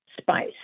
spice